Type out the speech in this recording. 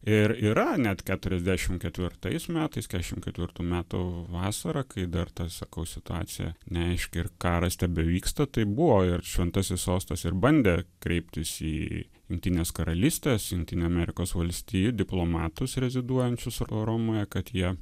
ir yra net keturiasdešim ketvirtais metais keturiasdešim ketvirtų metų vasarą kai dar ta sakau situacija neaiški ir karas tebevyksta tai buvo ir šventasis sostas ir bandė kreiptis į jungtinės karalystės jungtinių amerikos valstijų diplomatus reziduojančius romoje kad jie